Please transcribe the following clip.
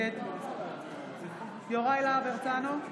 נגד יוראי להב הרצנו,